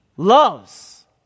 loves